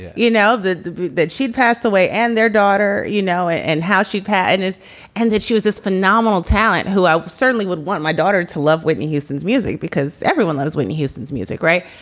you know, that that she'd passed away and their daughter, you know, and how she and is and that she was this phenomenal talent who i certainly would want my daughter to love whitney houston's music, because everyone loves whitney houston's music. right.